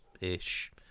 ish